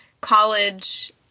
college